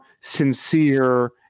sincere